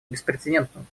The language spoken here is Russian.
беспрецедентного